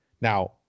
Now